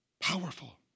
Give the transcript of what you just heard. Powerful